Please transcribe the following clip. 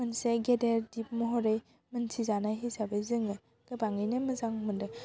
मोनसे गेदेर दिप महरै मोन्थिजानाय हिसाबै जोङो गोबाङैनो मोजां मोन्दों